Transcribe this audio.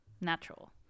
natural